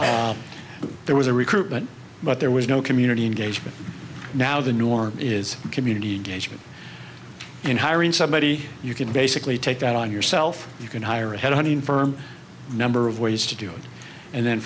there was a recruitment but there was no community engagement now the norm is community engagement in hiring somebody you can basically take that on yourself you can hire a headhunting firm number of ways to do it and then